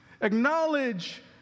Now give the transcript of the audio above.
acknowledge